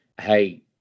hey